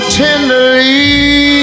tenderly